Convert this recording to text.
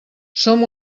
som